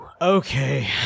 okay